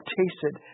tasted